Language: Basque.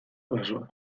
basoa